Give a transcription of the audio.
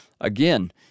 Again